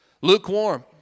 Lukewarm